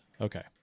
Okay